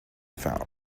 found